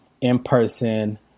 in-person